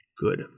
Good